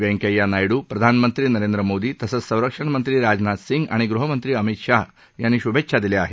व्यंकैय्या नायडु प्रधानमंत्री नरेंद्र मोदी तसंच संरक्षण मंत्री राजनाथ सिंग आणि गृहमंत्री अमित शाह यांनी शुभेच्छा दिल्या आहेत